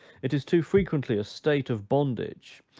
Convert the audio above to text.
it is too frequently a state of bondage,